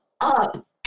Up